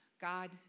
God